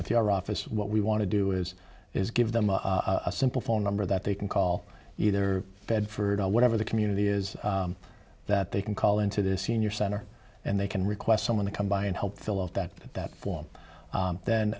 with your office what we want to do is is give them a simple phone number that they can call either fed for whatever the community is that they can call into the senior center and they can request someone to come by and help fill out that that form then